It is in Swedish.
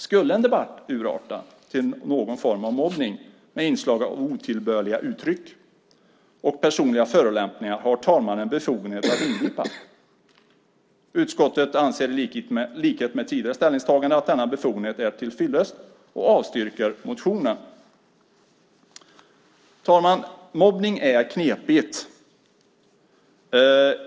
Skulle en debatt urarta till någon form av mobbning med inslag av otillbörliga uttryck och personliga förolämpningar har talmannen befogenhet att ingripa." Utskottet anser i likhet med tidigare ställningstagande att denna befogenhet är tillfyllest och avstyrker motionen. Fru talman! Mobbning är knepigt.